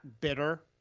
bitter